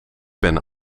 ben